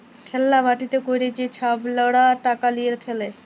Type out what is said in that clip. খেল্লা বাটিতে ক্যইরে যে ছাবালরা টাকা লিঁয়ে খেলে